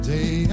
Day